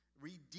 redeem